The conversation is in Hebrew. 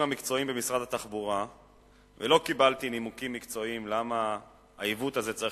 המקצועיים במשרד התחבורה למה צריך לקרות העיוות הזה,